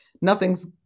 nothing's